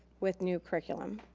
with new curriculum.